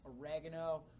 oregano